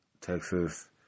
Texas